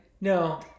No